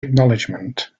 acknowledgement